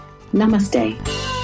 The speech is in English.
Namaste